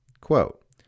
Quote